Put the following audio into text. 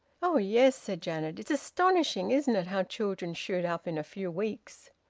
oh yes! said janet. it's astonishing, isn't it, how children shoot up in a few weeks!